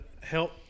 help